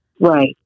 Right